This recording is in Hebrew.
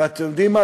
ואתם יודעים מה?